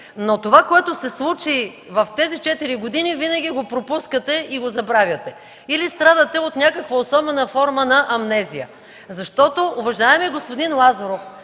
но това, което се случи в тези четири години, винаги го пропускате и го забравяте, или страдате от някаква особена форма на амнезия. Уважаеми господин Лазаров,